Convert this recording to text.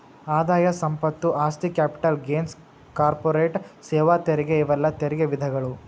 ಆದಾಯ ಸಂಪತ್ತು ಆಸ್ತಿ ಕ್ಯಾಪಿಟಲ್ ಗೇನ್ಸ್ ಕಾರ್ಪೊರೇಟ್ ಸೇವಾ ತೆರಿಗೆ ಇವೆಲ್ಲಾ ತೆರಿಗೆ ವಿಧಗಳು